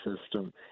system